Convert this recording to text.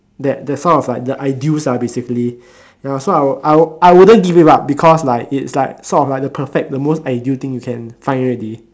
that that's why I was like the ideals ah basically ya so I I I wouldn't give it up because like it's like sort of like the perfect the most ideal thing you can find already